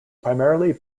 primarily